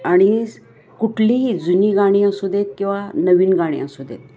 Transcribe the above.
आणि कुठलीही जुनी गाणी असू देत किंवा नवीन गाणी असू देत